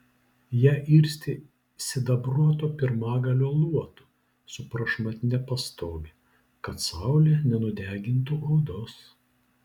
ją irstė sidabruoto pirmagalio luotu su prašmatnia pastoge kad saulė nenudegintų odos